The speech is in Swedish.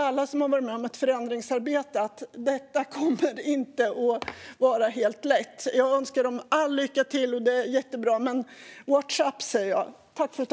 Alla som har varit med om ett förändringsarbete vet att detta inte kommer att vara helt lätt. Jag önskar Polen all lycka, och det är jättebra. Men jag säger: Watch out!